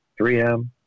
3M